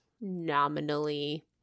nominally